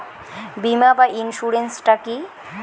বিমা বা ইন্সুরেন্স টা কি?